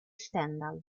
stendhal